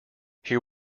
here